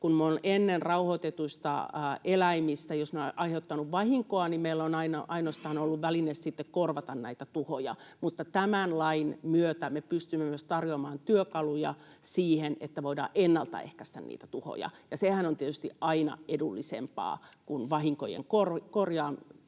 jos rauhoitettu eläin on aiheuttanut vahinkoa, meillä on ainoastaan ollut väline sitten korvata näitä tuhoja mutta tämän lain myötä me pystymme myös tarjoamaan työkaluja siihen, että voidaan ennalta ehkäistä niitä tuhoja, ja sehän on tietysti aina edullisempaa kuin vahinkojen korvaaminen